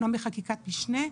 לא מחקיקת משנה,